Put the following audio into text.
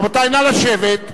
רבותי, נא לשבת.